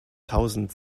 tausend